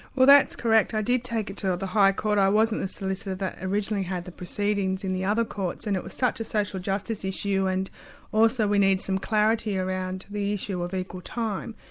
well that's correct, i did take it to the high court. i wasn't the solicitor that originally had the proceedings in the other courts, and it was such a social justice issue, and also we need some clarity around the issue of equal time.